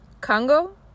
Congo